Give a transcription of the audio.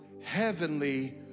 heavenly